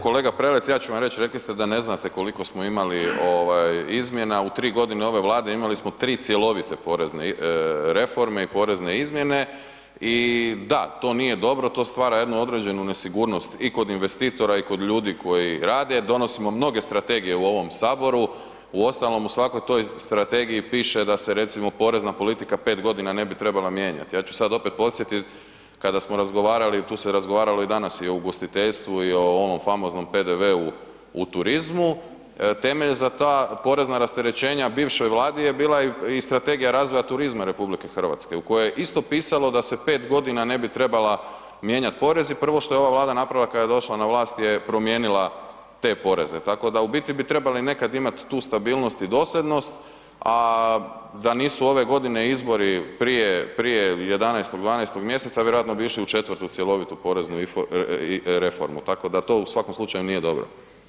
Kolega Prelec, ja ću vam reć, rekli ste da ne znate koliko smo imali ovaj izmjena, u 3.g. ove Vlade imali smo 3 cjelovite porezne reforme i porezne izmjene i da to nije dobro, to stvara jednu određenu nesigurnost i kod investitora i kod ljudi koji rade, donosimo mnoge strategije u ovom saboru, uostalom u svakoj toj strategiji piše da se recimo porezna politika 5.g. ne bi trebala mijenjat, ja ću sad opet podsjetit, kada smo razgovarali, tu se razgovaralo i danas i o ugostiteljstvu i o ovom famoznom PDV-u u turizmu, temelj za ta porezna rasterećenja bivšoj Vladi je bila i strategija razvoja turizma RH u kojoj je isto pisalo da se 5.g. ne bi trebala mijenjat porez i prvo što je ova Vlada napravila kad je došla na vlast je promijenila te poreze, tako da u biti bi trebali nekad imat tu stabilnost i dosljednost, a da nisu ove godine izbori prije, prije 11.-12. mjeseca, vjerojatno bi išli u četvrtu cjelovitu poreznu reformu, tako da to u svakom slučaju nije dobro.